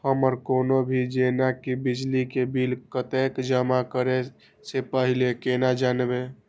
हमर कोनो भी जेना की बिजली के बिल कतैक जमा करे से पहीले केना जानबै?